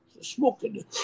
smoking